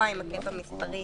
ההיקף המספרי